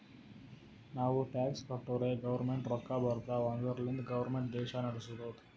ನಾವು ಟ್ಯಾಕ್ಸ್ ಕಟ್ಟುರೇ ಗೌರ್ಮೆಂಟ್ಗ ರೊಕ್ಕಾ ಬರ್ತಾವ್ ಅದುರ್ಲಿಂದೆ ಗೌರ್ಮೆಂಟ್ ದೇಶಾ ನಡುಸ್ತುದ್